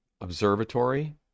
Observatory